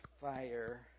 fire